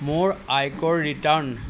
মোৰ আয়কৰ ৰিটাৰ্ণ